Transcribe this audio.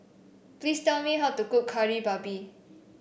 please tell me how to cook Kari Babi